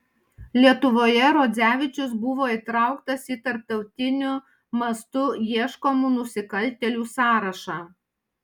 lietuvoje rodzevičius buvo įtrauktas į tarptautiniu mastu ieškomų nusikaltėlių sąrašą